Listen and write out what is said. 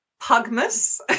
Pugmas